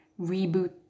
reboot